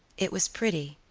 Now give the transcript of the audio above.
it was pretty,